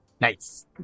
Nice